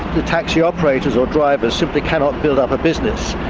the taxi operators or drivers simply cannot build up a business,